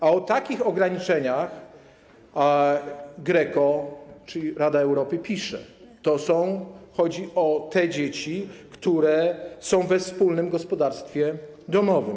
A o takich ograniczeniach GRECO, czyli Rada Europy, pisze, że chodzi o te dzieci, które są we wspólnym gospodarstwie domowym.